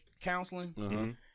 counseling